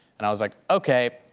and i was like, okay,